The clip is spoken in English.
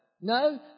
No